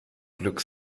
glück